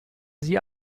sie